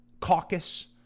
caucus